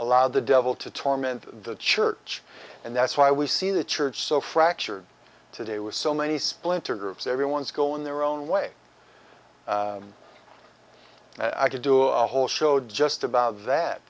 allow the devil to torment the church and that's why we see the church so fractured today with so many splinter groups everyone's going their own way i could do a whole show just about that